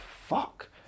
fuck